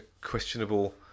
questionable